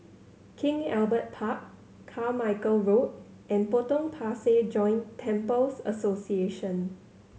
King Albert Park Carmichael Road and Potong Pasir Joint Temples Association